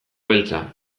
beltza